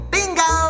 Bingo